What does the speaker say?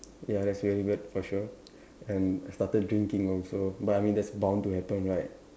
ya that's very bad for sure and I started drinking also but I mean that's bound to happen right